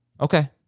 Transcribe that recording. Okay